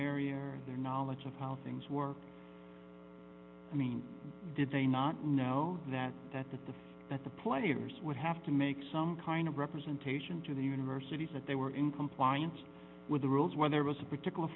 area their knowledge of how things were i mean did they not know that that the that the players would have to make some kind of representation to the universities that they were in compliance with the rules where there was a particular